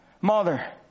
mother